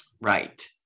Right